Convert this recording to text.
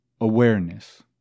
awareness